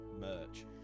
merch